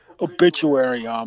Obituary